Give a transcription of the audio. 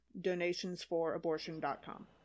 donationsforabortion.com